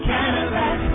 Cadillac